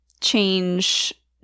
change